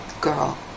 girl